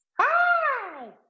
Hi